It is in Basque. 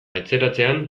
etxeratzean